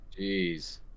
Jeez